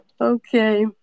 okay